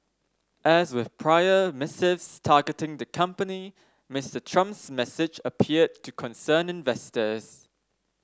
as with prior missives targeting the company Mister Trump's message appeared to concern investors